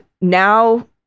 now